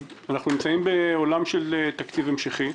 אנחנו נמצאים בעולם של תקציב המשכי.